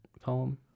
poem